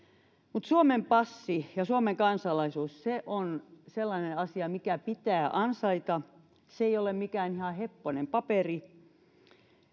mutta suomen passi ja suomen kansalaisuus on sellainen asia mikä pitää ansaita se ei ole mikään ihan heppoinen paperi